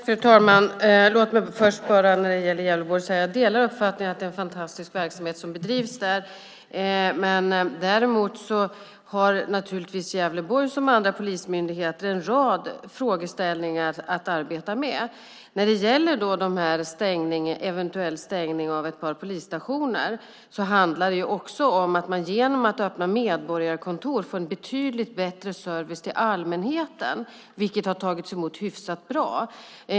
Fru talman! Låt mig först bara när det gäller Gävleborg säga att jag delar uppfattningen att det är en fantastisk verksamhet som bedrivs där. Däremot har naturligtvis Gävleborg liksom andra polismyndigheter en rad frågeställningar att arbeta med. När det gäller eventuell stängning av ett par polisstationer handlar det också om att man genom att öppna medborgarkontor får en betydligt bättre service till allmänheten, vilket har tagits emot hyfsat bra.